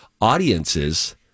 Audiences